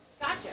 Gotcha